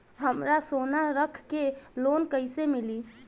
हमरा सोना रख के लोन कईसे मिली?